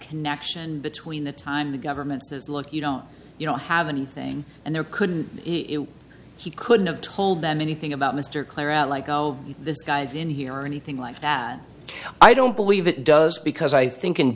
connection between the time the government says look you don't you don't have anything and there couldn't he couldn't have told them anything about mr clear out like oh this guy's in here or anything life that i don't believe it does because i think in